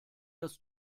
das